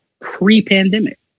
pre-pandemic